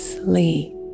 sleep